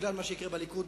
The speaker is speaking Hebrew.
בגלל מה שיקרה בליכוד,